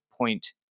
point